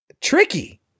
Tricky